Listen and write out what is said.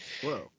Whoa